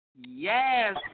Yes